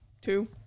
two